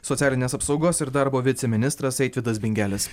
socialinės apsaugos ir darbo viceministras eitvydas bingelis